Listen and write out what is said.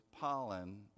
pollen